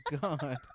god